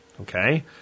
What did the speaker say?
okay